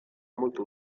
molto